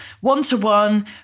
one-to-one